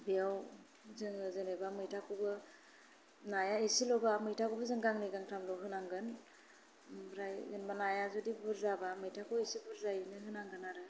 बेयाव जोङो जेनेबा मैथाखौबो नाया एसेल'बा मैथाखौबो जोङो गांनै गांथामल' होनांगोन ओमफ्राय जेनेबा नाया जुदि बुरजाबा मैथाखौ एसे बुरजायैनो होनांगोन आरो